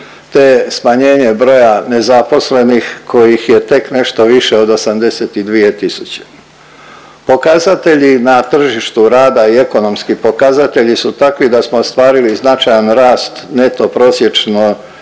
te smanjenje broja nezaposlenih kojih je tek nešto više od 82 tisuće. Pokazatelji na tržištu rada i ekonomski pokazatelji su takvi da smo ostvarili značajan rast neto prosječno